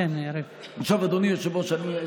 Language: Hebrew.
מפצים אותך, אתה מקבל חמישה במעמד האישה.